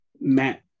Matt